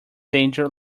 danger